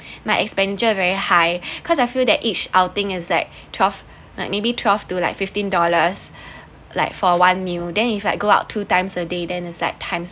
my expenditure very high because I feel that each outing is like twelve like maybe twelve to like fifteen dollars like for one meal then if like go out two times a day then is like times